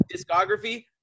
discography